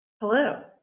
Hello